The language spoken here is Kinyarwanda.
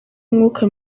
umwuka